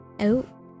Out